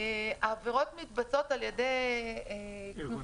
העבירות נעשות על ידי כנופיות,